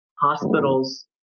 hospitals